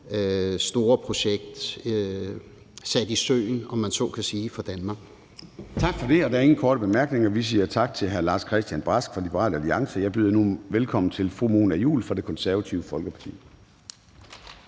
store projekt sat i søen, om man så må sige, for Danmark. Kl. 11:22 Formanden (Søren Gade): Tak for det. Der er ingen korte bemærkninger. Vi siger tak til hr. Lars-Christian Brask fra Liberal Alliance. Jeg byder nu velkommen til fru Mona Juul fra Det Konservative Folkeparti.